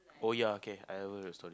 oh yeah kay I have heard the story